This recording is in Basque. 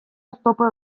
oztopo